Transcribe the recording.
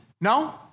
No